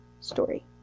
story